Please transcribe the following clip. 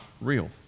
real